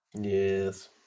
Yes